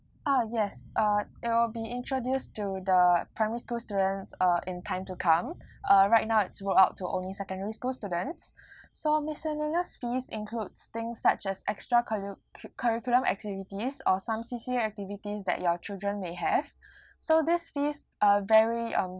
ah yes uh it will be introduced to the primary school students uh in time to come uh right now it's rolled out to only secondary school students so miscellaneous fees includes things such as extra curricu~ curriculum activities or some C_C_A activities that your children may have so these fees uh vary um